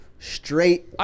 Straight